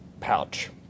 pouch